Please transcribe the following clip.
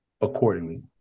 accordingly